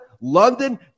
London